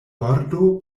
bordo